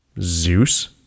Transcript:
Zeus